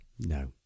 No